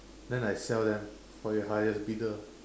then I sell them for the highest bidder